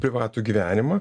privatų gyvenimą